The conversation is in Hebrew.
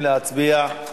בהתקנת תקנות,